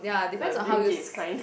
the Bill Gates kind